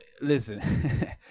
listen